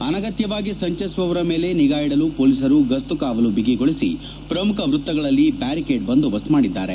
ಅನಗತ್ಯವಾಗಿ ಸಂಚರಿಸುವವರ ಮೇಲೆ ನಿಗಾಇಡಲು ಪೊಲೀಸರು ಗಸ್ತುಕಾವಲು ಬಿಗಿಗೊಳಿಸಿ ಪ್ರಮುಖ ವೃತ್ತಗಳಲ್ಲಿ ಬ್ಯಾರಿಕೇಡ್ ಬಂದೋಬಸ್ತ್ ಮಾಡಿದ್ದಾರೆ